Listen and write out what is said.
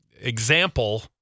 example